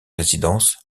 résidence